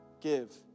give